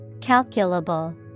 Calculable